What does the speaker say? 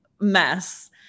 mess